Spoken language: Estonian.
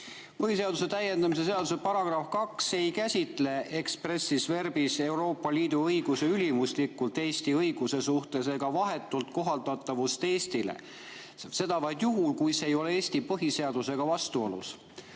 Põhiseaduse täiendamise seaduse § 2 ei käsitleexpressis verbisEuroopa Liidu õiguse ülimuslikkust Eesti õiguse suhtes ega selle vahetut kohaldatavust Eestis. Seda [saab teha] vaid juhul, kui see ei ole Eesti põhiseadusega vastuolus.